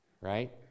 right